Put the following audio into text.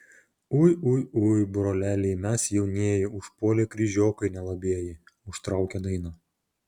ui ui ui broleliai mes jaunieji užpuolė kryžiokai nelabieji užtraukė dainą